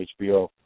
HBO